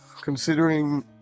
considering